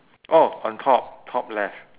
oh on top top left